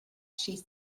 she